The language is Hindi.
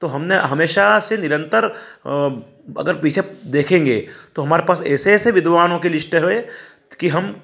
तो हमने हमेशा से निरंतर अगर पीछे देखेंगे तो हमारे पास ऐसे ऐसे विद्वानों के लिस्ट हैं कि हम